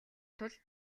тул